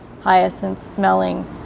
hyacinth-smelling